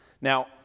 Now